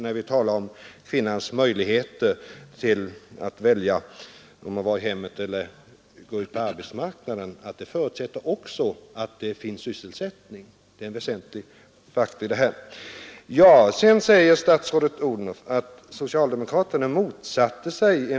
När vi talar om kvinnans möjligheter att välja att vara hemma eller gå ut på arbetsmarknaden skall vi heller inte glömma bort den väsentliga faktorn att det senare också förutsätter att det finns sysselsättning.